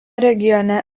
regione